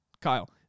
Kyle